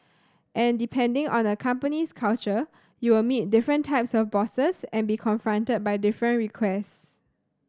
and depending on a company's culture you will meet different types of bosses and be confronted by different requests